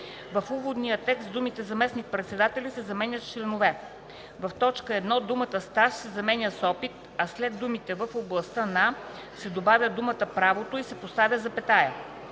в уводния текст думите „заместник-председатели” се заменя с „членове”; - в т. 1 думата „стаж” се заменя с „опит”, а след думите „в областта на” се добавя думата „правото” и се поставя запетая;